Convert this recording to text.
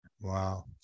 wow